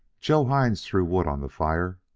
joe hines threw wood on the fire,